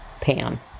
pan